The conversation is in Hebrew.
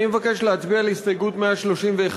אני מבקש להצביע על הסתייגות 131,